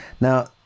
Now